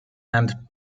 and